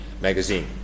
magazine